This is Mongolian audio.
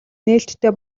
нээлттэй